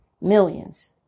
Millions